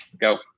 go